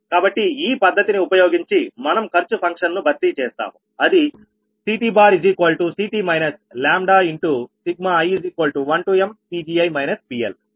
కాబట్టి ఈ పద్ధతిని ఉపయోగించి మనం ఖర్చు ఫంక్షన్ను భర్తీ చేస్తాముఅది CTCT λi1mPgi PL